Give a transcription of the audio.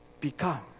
become